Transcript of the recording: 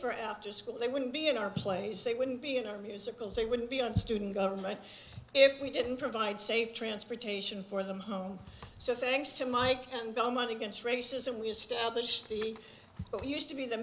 for after school they wouldn't be in our place they wouldn't be in our musicals they wouldn't be on student government if we didn't provide safe transportation for them home so thanks to mike and belmont against racism we established the what used to be the